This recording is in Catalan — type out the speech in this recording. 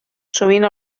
sovint